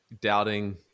doubting